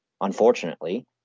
unfortunately